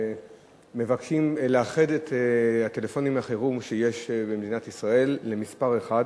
מבקשים לאחד את הטלפונים לחירום שיש במדינת ישראל למספר אחד,